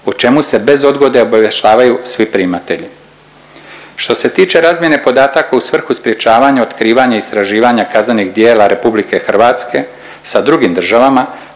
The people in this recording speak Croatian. o čemu se bez odgode obavještavaju svi primatelji. Što se tiče razmjene podataka u svrhu sprječavanja, otkivanja i istraživanja kaznenih djela RH sa drugim državama